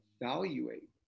evaluate